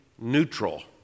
neutral